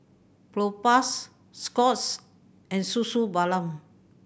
Propass Scott's and Suu Suu Balm